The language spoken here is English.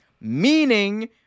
meaning